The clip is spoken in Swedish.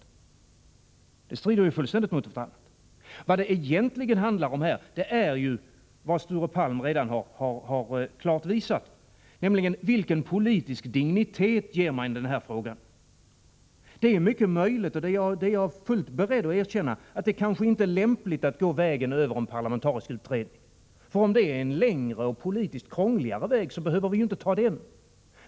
Dessa yttranden strider ju fullständigt mot varandra. Vad det egentligen handlar om här är ju vad Sture Palm redan har klart visat, nämligen vilken politisk dignitet man ger den här frågan. Det är mycket möjligt — och det är jag fullt beredd att erkänna — att det inte är lämpligt att gå , vägen över en parlamentarisk utredning. Om det är en längre och politiskt krångligare väg, behöver vi inte ta den.